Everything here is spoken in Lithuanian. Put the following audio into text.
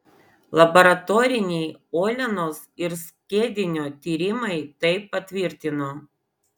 laboratoriniai uolienos ir skiedinio tyrimai tai patvirtino